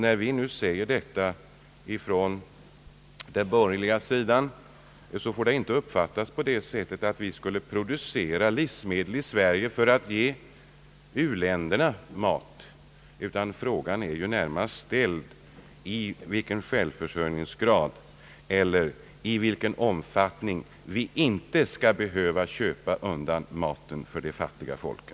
När vi nu säger detta från den borgerliga partens sida kan det inte uppfattas som att vi skulle plädera för att vi i Sverige skulle producera livsmedel för att ge u-länderna mat. Frågan gäller närmast i vilken omfattning vi skall slippa köpa undan maten för de fattiga folken.